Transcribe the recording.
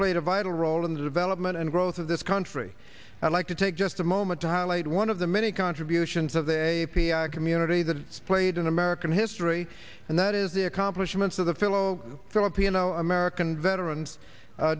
played a vital role in the development and growth of this country i'd like to take just a moment to highlight one of the many contributions of a community that's played in american history and that is the accomplishments of the fellow filipino american veterans